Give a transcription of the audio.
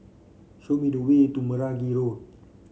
show me the way to Meragi Road